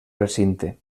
recinte